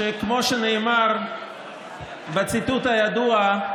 שכמו שנאמר בציטוט הידוע: